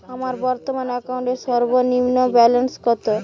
আমার বর্তমান অ্যাকাউন্টের সর্বনিম্ন ব্যালেন্স কত?